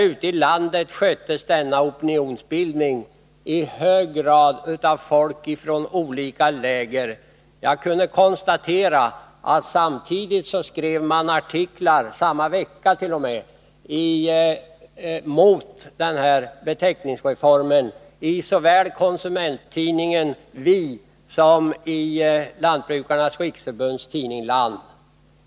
Ute i landet sköttes denna opinionsbildning i hög grad av folk från olika läger. Jag kunde konstatera att man samma vecka skrev artiklar emot denna beteckningsreform i såväl konsumenttidningen Vi som Lantbrukarnas riksförbunds tidning Land.